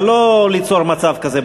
אבל לא ליצור מצב כזה במליאה.